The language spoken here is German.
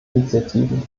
initiativen